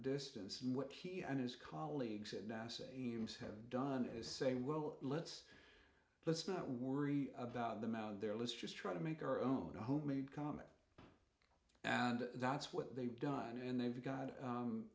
distance and what he and his colleagues at nasa ames have done is say well let's let's not worry about them out of their lives just try to make our own homemade comet and that's what they've done and they've got